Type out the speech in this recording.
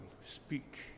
Speak